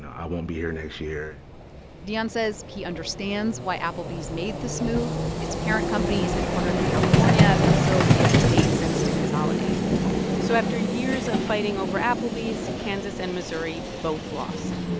i won't be here next year dion says he understands why applebee's made this move. its parent company is headquartered in california, so it made sense to consolidate so after years of fighting over applebee's, kansas and missouri both lost.